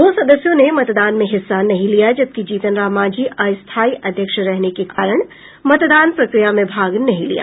दो सदस्यों ने मतदान में हिस्सा नहीं लिया जबकि जीतन राम मांझी अस्थायी अध्यक्ष रहने के कारण मतदान प्रक्रिया में भाग नहीं लिया